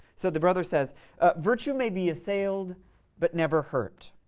so the brother says virtue may be assail'd but never hurt,